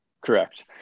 Correct